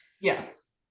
Yes